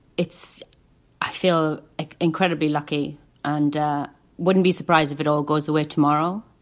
it's i feel incredibly lucky and i wouldn't be surprised if it all goes away tomorrow.